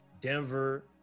denver